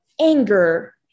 anger